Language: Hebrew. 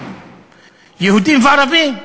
יהודים וערבים,